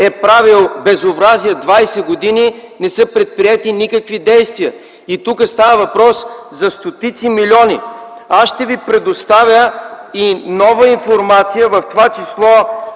е правил безобразия двадесет години, не са предприети никакви действия. Тук става въпрос за стотици милиони. Аз ще Ви предоставя и нова информация, в това число